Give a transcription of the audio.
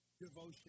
devotion